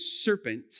serpent